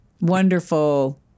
Wonderful